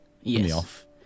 yes